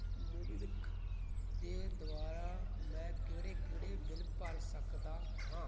ਮੋਬੀਵਿਕ ਦੇ ਦੁਵਾਰਾ ਮੈਂ ਕਿਹੜੇ ਕਿਹੜੇ ਬਿੱਲ ਭਰ ਸਕਦਾ ਹਾਂ